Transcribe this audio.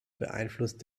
beeinflusst